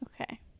Okay